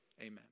amen